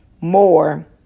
more